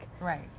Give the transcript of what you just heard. Right